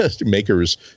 makers